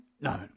no